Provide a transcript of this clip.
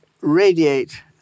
radiate